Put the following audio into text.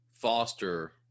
foster